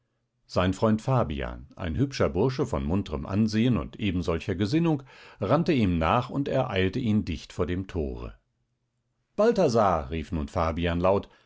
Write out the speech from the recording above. sein freund fabian ein hübscher bursche von muntrem ansehen und ebensolcher gesinnung rannte ihm nach und ereilte ihn dicht vor dem tore balthasar rief nun fabian laut